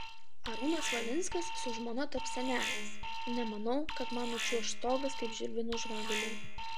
arūnas valinskas su žmona taps seneliais nemanau kad man nučiuoš stogas kaip žilvinui žvaguliui